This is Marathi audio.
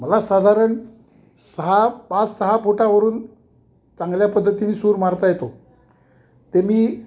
मला साधारण सहा पाच सहा फुटावरून चांगल्या पद्धतीने सूर मारता येतो ते मी